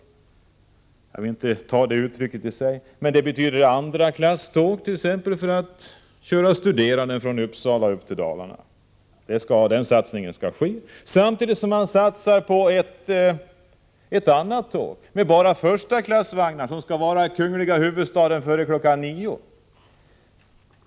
Själv vill jag inte använda det uttrycket, men det betyder i alla fall att t.ex. studerande från Uppsala får resa i andraklasståg. Samtidigt satsar man på ett tåg med enbart förstaklassvagnar, ett tåg som skall vara i kungliga huvudstaden före kl. 9.